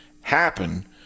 happen